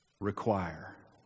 require